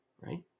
right